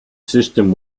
system